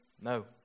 No